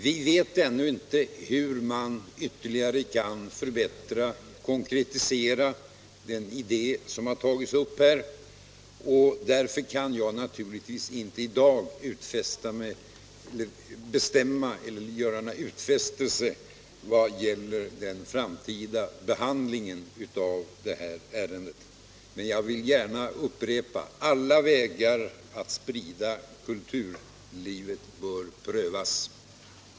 Vi vet ännu inte hur man ytterligare kommer att kunna förbättra och konkretisera den idé som lagts fram, och därför kan jag naturligtvis inte i dag göra några utfästelser vad gäller den framtida behandlingen av ärendet. Men jag vill gärna upprepa: Alla vägar att sprida kulturlivet bör prövas.